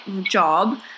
job